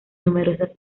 numerosas